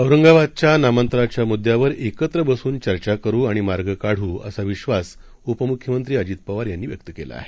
औरंगाबादच्यानामांतराच्यामुद्यावरएकत्रबसूनचर्चाकरुआणिमार्गकाढू असाविश्वासउपमुख्यमंत्रीअजितपवारयांनीव्यक्तकेलाआहे